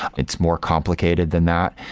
it's more complicated than that.